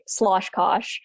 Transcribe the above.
sloshkosh